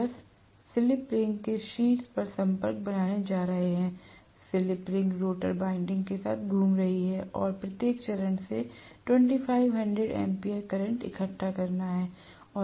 brush slip ring के शीर्ष पर संपर्क बनाने जा रहे हैं स्लिप रिंग रोटर वाइंडिंग के साथ घूम रही है और प्रत्येक चरण से 2500 एम्पीयर करंट इकट्ठा करना है